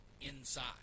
inside